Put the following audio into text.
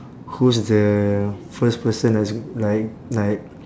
who's the first person that's like like